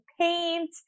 paint